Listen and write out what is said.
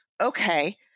okay